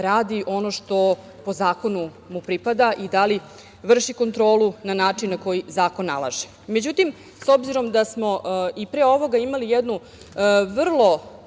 radi ono što po zakonu mu pripada i da li vrši kontrolu na način na koji zakon nalaže.Međutim, s obzirom da smo i pre ovoga imali jednu vrlo,